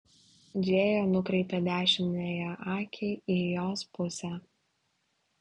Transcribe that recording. džėja nukreipė dešiniąją akį į jos pusę